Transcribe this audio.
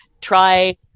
try